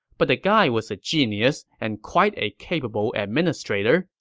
but the guy was a genius and quite a capable administrator,